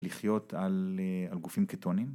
לחיות על גופים קטונים